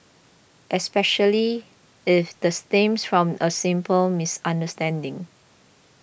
especially if the stems from a simple misunderstanding